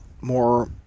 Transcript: more